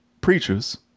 preachers